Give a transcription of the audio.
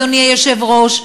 אדוני היושב-ראש,